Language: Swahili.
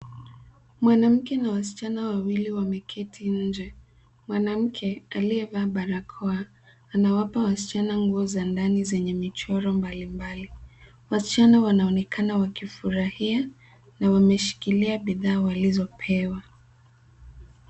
Mwanamke na wasichana wawili wameketi nje, mwanamke aliyevaa barakoa anawapa wasichana ngio za ndani zenye michoro mbali mbali. Wasichana wanaonekana wakifurahia na wameshikilia bidhaa walizopewa.